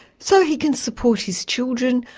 so he can support his children.